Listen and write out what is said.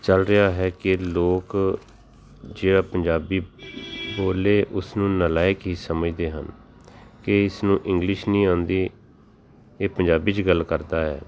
ਚੱਲ ਰਿਹਾ ਹੈ ਕਿ ਲੋਕ ਜਿਹੜਾ ਪੰਜਾਬੀ ਬੋਲੇ ਉਸਨੂੰ ਨਲਾਇਕ ਹੀ ਸਮਝਦੇ ਹਨ ਕਿ ਇਸ ਨੂੰ ਇੰਗਲਿਸ਼ ਨਹੀਂ ਆਉਂਦੀ ਇਹ ਪੰਜਾਬੀ 'ਚ ਗੱਲ ਕਰਦਾ ਹੈ